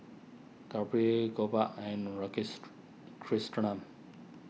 Gauri Gopal and